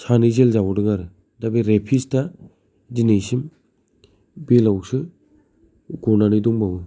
सानै जेल जाबावदों आरो दा बे रेफिस्था दिनैसिम बेल आवसो गनानै दंबावो